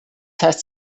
heißt